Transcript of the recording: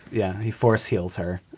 yeah. he force heals her,